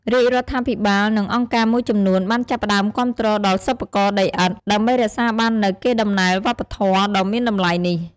រាជរដ្ឋាភិបាល និងអង្គការមួយចំនួនបានចាប់ផ្ដើមគាំទ្រដល់សិប្បករដីឥដ្ឋ ដើម្បីរក្សាបាននូវកេរដំណែលវប្បធម៌ដ៏មានតម្លៃនេះ។